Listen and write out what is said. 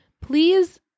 please